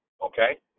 Okay